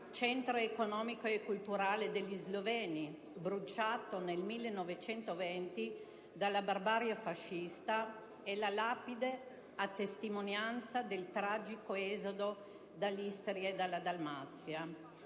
centro economico e culturale degli sloveni, bruciato nel 1920 dalla barbarie fascista, e la lapide a testimonianza del tragico esodo dall'Istria e dalla Dalmazia.